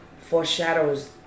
foreshadows